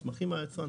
מסמכים מהיצרן,